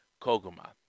koguma